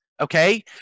okay